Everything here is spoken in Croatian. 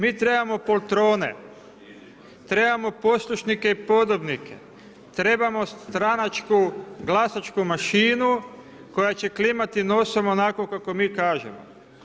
Mi trebamo poltrone, trebamo poslušnike i podobnike, trebamo stranačku glasačku mašinu koja će klimati nosom onako kako mi kažemo.